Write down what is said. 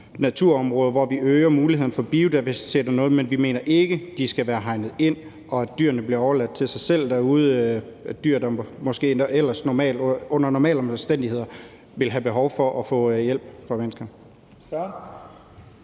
naturområder, hvor man øger muligheden for biodiversitet og sådan noget, men vi mener ikke, at de skal være hegnet ind, eller at dyrene skal være overladt til sig selv derude, altså dyr, der måske ellers, under normale omstændigheder, ville have behov for at få hjælp fra mennesker.